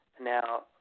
Now